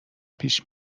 پیش